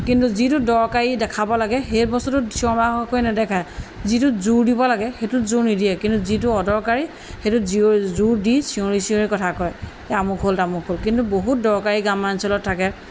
কিন্তু যিটো দৰকাৰী দেখাব লাগে সেই বস্তুটো চিঞৰ বাখৰ কৰি নেদেখায় যিটোত জোৰ দিব লাগে সেইটোত জোৰ নিদিয়ে কিন্তু যিটো অদৰকাৰী সেইটোত জীয় জোৰ দি চিঞৰি চিঞৰি কথা কয় আমুক হ'ল তামুক হ'ল কিন্তু বহুত দৰকাৰী গ্ৰাম্যাঞ্চলত থাকে